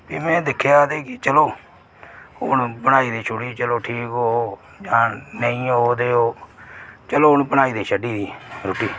फ्ही में दिक्खेआ एहदे च कि चलो हून बनाई ते छोडी चलो ठीक होग जा नेई होग ओहदे ओह् चलो हून बनाई ते छडी दी रुट्टी